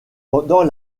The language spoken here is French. pendant